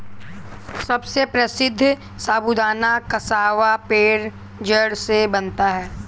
सबसे प्रसिद्ध साबूदाना कसावा पेड़ के जड़ से बनता है